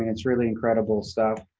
it's really incredible stuff.